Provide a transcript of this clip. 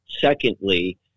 secondly